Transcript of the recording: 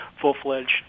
full-fledged